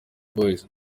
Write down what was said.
boys